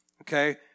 okay